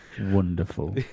Wonderful